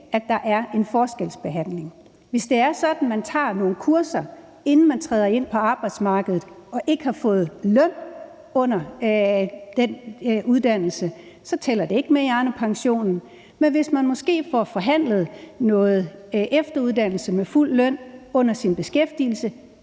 at der er en forskelsbehandling. Hvis det er sådan, at man tager nogle kurser, inden man træder ind på arbejdsmarkedet, og ikke har fået løn under de kurser, tæller det ikke med i Arnepensionen, men hvis man måske får forhandlet noget efteruddannelse med fuld løn under sin beskæftigelse,